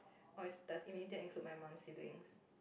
or is does immediate include my mum siblings